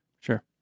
Sure